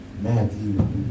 Matthew